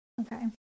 Okay